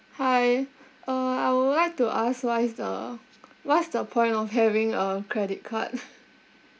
hi uh I would like to ask what is the what is the point of having a credit card